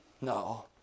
no